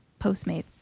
Postmates